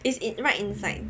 it's in right inside